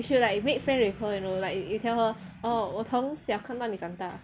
you should like make friend with her you know like you tell her oh 我从小看到你长大